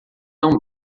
tão